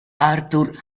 arthur